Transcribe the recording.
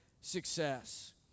success